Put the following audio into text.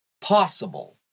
possible